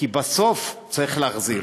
כי בסוף צריך להחזיר.